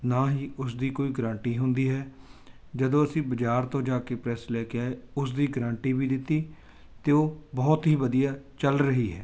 ਨਾ ਹੀ ਉਸ ਦੀ ਕੋਈ ਗਰੰਟੀ ਹੁੰਦੀ ਹੈ ਜਦੋਂ ਅਸੀਂ ਬਜ਼ਾਰ ਤੋਂ ਜਾ ਕੇ ਪ੍ਰੈੱਸ ਲੈ ਕੇ ਆਏ ਉਸ ਦੀ ਗਰੰਟੀ ਵੀ ਦਿੱਤੀ ਅਤੇ ਉਹ ਬਹੁਤ ਹੀ ਵਧੀਆ ਚੱਲ ਰਹੀ ਹੈ